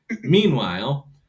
Meanwhile